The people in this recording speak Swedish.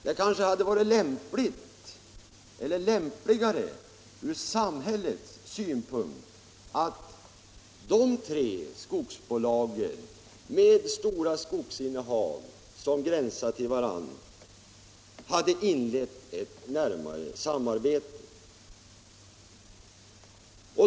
Det kanske ur samhällets synpunkt hade varit lämpligare att de tre skogsbolagen med stora skogsinnehav som gränsar till varandra hade inlett ett närmare samarbete.